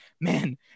man